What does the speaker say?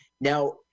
Now